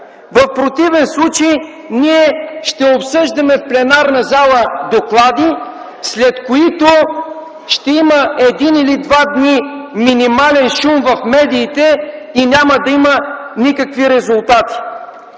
В противен случай ние в пленарната зала ще обсъждаме доклади, след които ще има един или два дни минимален шум в медиите и няма да има никакви резултати.